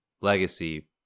legacy